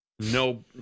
No